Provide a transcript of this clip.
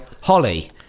Holly